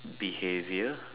behaviour